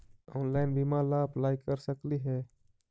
Online बीमा ला apply कर सकली हे?